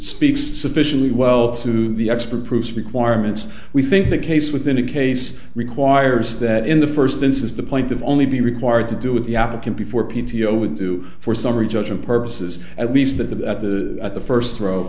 speaks sufficiently well to the expert proof requirements we think the case within a case requires that in the first instance the point of only be required to do with the applicant before p t o would do for summary judgment purposes at least that the at the at the first row